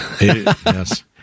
Yes